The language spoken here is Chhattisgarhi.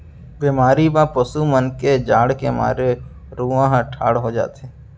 बेमारी म पसु मन के जाड़ के मारे रूआं ह ठाड़ हो जाथे